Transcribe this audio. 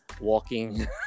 walking